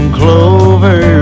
clover